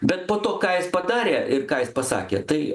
bet po to ką jis padarė ir ką jis pasakė tai